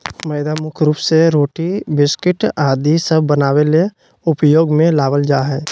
मैदा मुख्य रूप से रोटी, बिस्किट आदि सब बनावे ले उपयोग मे लावल जा हय